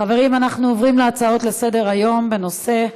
חברים, אנחנו עוברים להצעות לסדר-היום בנושא,